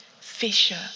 fisher